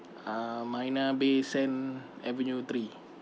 uh marina bay sand avenue three